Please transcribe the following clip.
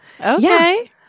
Okay